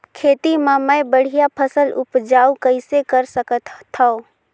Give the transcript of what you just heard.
खेती म मै बढ़िया फसल उपजाऊ कइसे कर सकत थव?